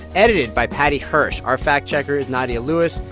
edited by paddy hirsch. our fact-checker is nadia lewis,